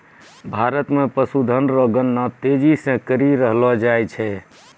भारत मे पशुधन रो गणना तेजी से करी रहलो जाय छै